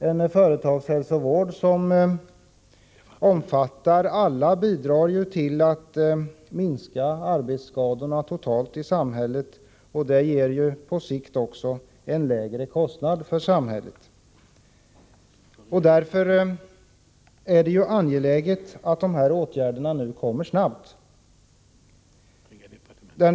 En företagshälsovård som omfattar alla bidrar till att minska arbetsskadorna totalt i samhället, och det ger på sikt lägre kostnader för samhället. Därför är det angeläget att de här åtgärderna nu kommer snabbt.